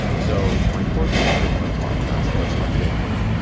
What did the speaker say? so my fourth bitcoin podcast let's talk bitcoin,